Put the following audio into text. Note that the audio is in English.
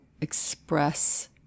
express